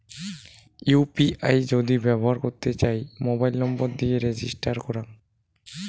UPI যদি ব্যবহর করতে চাই, মোবাইল নম্বর দিয়ে রেজিস্টার করাং